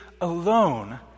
alone